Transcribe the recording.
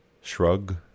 Shrug